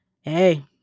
hey